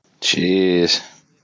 Jeez